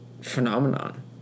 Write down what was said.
phenomenon